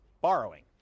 Borrowing